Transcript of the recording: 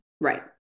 Right